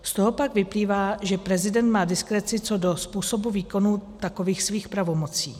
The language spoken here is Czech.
Z toho pak vyplývá, že prezident má diskreci co do způsobu výkonů takových svých pravomocí.